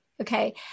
Okay